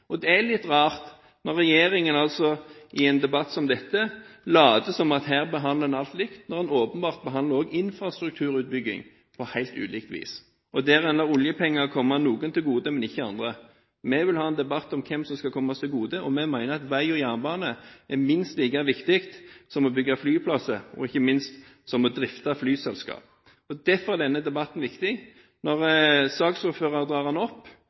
jernbaneutbygging. Det er litt rart når regjeringen, i en debatt som dette, later som om en behandler alt likt, når en åpenbart behandler infrastrukturutbygging på helt ulikt vis, og der man lar oljepenger komme noen til gode, men ikke andre. Vi vil ha en debatt om hvem det skal komme til gode. Vi mener at vei og jernbane er minst like viktig som å bygge flyplasser og ikke minst som å drifte flyselskap. Derfor er denne debatten viktig. Når saksordføreren drar den opp,